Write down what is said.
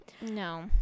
no